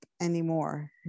anymore